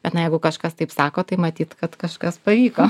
bet na jeigu kažkas taip sako tai matyt kad kažkas pavyko